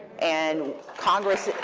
and congress,